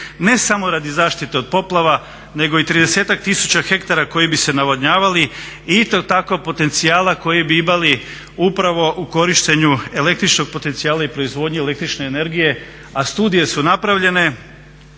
ne samo radi zaštite od poplava nego i 30-ak tisuća hektara koji bi se navodnjavali i … potencijala koji bi imali upravo u korištenju električnog potencijala i proizvodnje električne energije, a studije su napravljene